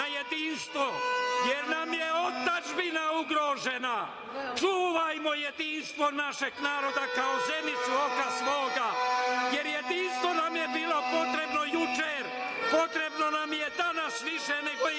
na jedinstvo, jer nam je otadžbina ugrožena. Čuvajmo jedinstvo našeg naroda kao zenicu oka svoga, jer jedinstvo nam je bilo potrebno juče, potrebno nam je danas više nego